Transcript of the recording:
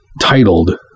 titled